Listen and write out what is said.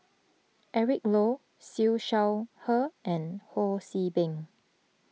Eric Low Siew Shaw Her and Ho See Beng